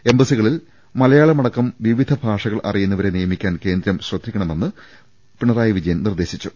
എംബസികളിൽ മലയാളമടക്കം വിവിധ ഭാഷകളറിയുന്നവരെ നിയമിക്കാൻ കേന്ദ്രം ശ്രദ്ധിക്കണമെന്ന് പിണറായി വിജയൻ നിർദേ ശിച്ചു